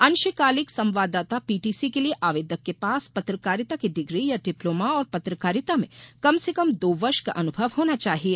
अंशकालिक संवाददाता पीटीसी के लिए आयेदक के पास पत्रकारिता की डिग्री या डिप्लोमा और पत्रकारिता में कम से कम दो वर्ष का अनुभव होना चाहिए